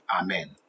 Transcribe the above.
Amen